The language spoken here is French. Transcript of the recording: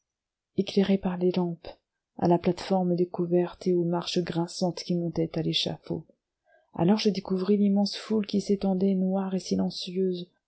éclairés par des lampes à la plate-forme découverte et aux marches grinçantes qui montaient à l'échafaud alors je découvris l'immense foule qui s'étendait noire et silencieuse